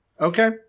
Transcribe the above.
Okay